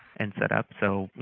and set up. so,